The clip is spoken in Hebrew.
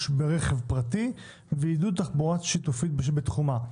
ברכב פרטי ועידוד תחבורה שיתופית בתחומה.